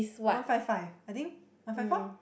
one five five I think one five four